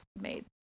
made